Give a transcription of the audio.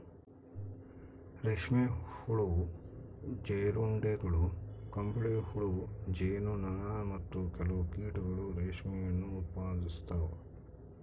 ರೇಷ್ಮೆ ಹುಳು, ಜೀರುಂಡೆಗಳು, ಕಂಬಳಿಹುಳು, ಜೇನು ನೊಣ, ಮತ್ತು ಕೆಲವು ಕೀಟಗಳು ರೇಷ್ಮೆಯನ್ನು ಉತ್ಪಾದಿಸ್ತವ